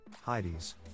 Heidi's